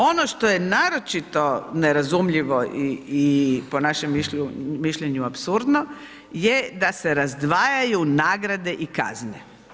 Ono što je naročito nerazumljivo i po našem mišljenju apsurdno je da se razdvajaju nagrade i kazne.